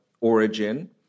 origin